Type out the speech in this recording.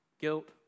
guilt